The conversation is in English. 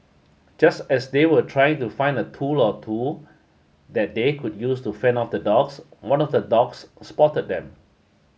just as they were trying to find a tool or two that they could use to fend off the dogs one of the dogs spotted them